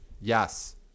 Yes